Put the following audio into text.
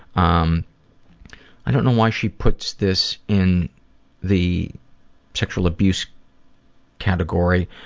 um i don't know why she puts this in the sexual abuse category,